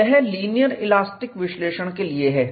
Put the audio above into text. तो यह linear elastic विश्लेषण के लिए है